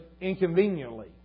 inconveniently